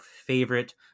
favorite